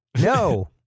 No